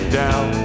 down